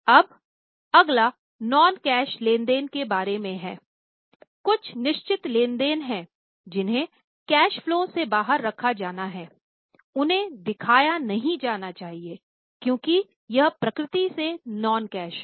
अब अगला non cash लेन देन के बारे में है कुछ निश्चित लेन देन हैं जिन्हें कैश फलो से बाहर रखा जाना है उन्हें दिखाया नहीं जाना चाहिए क्योंकि यह प्रकृति में नॉन कैश है